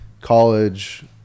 college